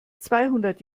zweihundert